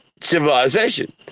civilization